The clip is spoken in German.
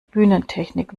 bühnentechnik